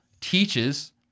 teaches